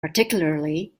particularly